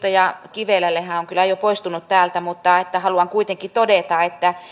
kivelälle hän on kyllä jo poistunut täältä mutta haluan kuitenkin todeta